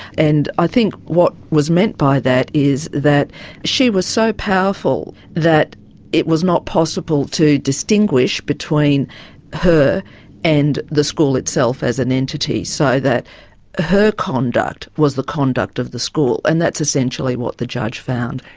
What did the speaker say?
and i think what was meant by that is that she was so powerful that it was not possible to distinguish between her and the school itself as an entity, so that her conduct was the conduct of the school, and that's essentially what the judge found.